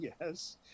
yes